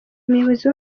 umuyobozi